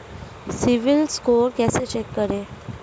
CIBIL score कैसे check करें?